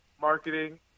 Marketing